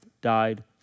died